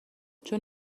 چون